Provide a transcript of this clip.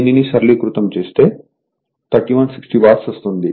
దీనిని సరళీకృతం చేస్తే 3160 వాట్స్ వస్తుంది